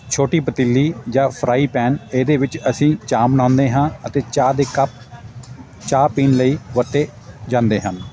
ਛੋਟੀ ਪਤੀਲੀ ਜਾਂ ਫਰਾਈ ਪੈਨ ਇਹਦੇ ਵਿੱਚ ਅਸੀਂ ਚਾਹ ਬਣਾਉਂਦੇ ਹਾਂ ਅਤੇ ਚਾਹ ਦੇ ਕੱਪ ਚਾਹ ਪੀਣ ਲਈ ਵਰਤੇ ਜਾਂਦੇ ਹਨ